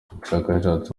umushakashatsi